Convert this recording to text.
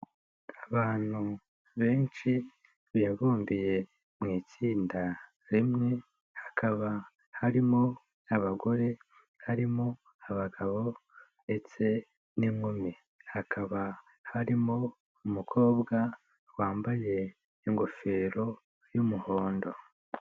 Abantu benshi bibumbiye mu itsinda rimwe, hakaba harimo abagore, harimo abagabo, ndetse n'inkumi. Hakaba harimo umukobwa, wambaye ingofero y'umuhondo.